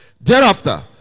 Thereafter